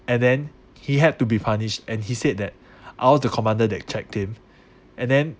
and then he had to be punished and he said that I was the commander that checked him and then